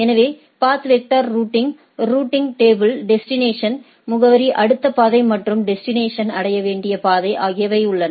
எனவே path vector routing routing டேபிளிள் destination முகவரி அடுத்த பாதை மற்றும் டெஸ்டினேஷன் அடைய வேண்டிய பாதை ஆகியவை உள்ளன